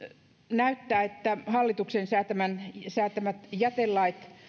näyttää että hallituksen säätämät säätämät jätelait